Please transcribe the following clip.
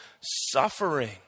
suffering